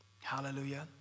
Hallelujah